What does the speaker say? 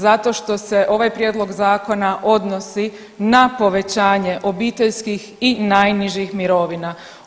Zato što se ovaj prijedlog zakona odnosi na povećanje obiteljskih i najnižih mirovina.